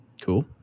Cool